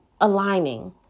aligning